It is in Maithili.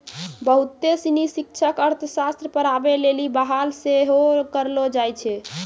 बहुते सिनी शिक्षक अर्थशास्त्र पढ़ाबै लेली बहाल सेहो करलो जाय छै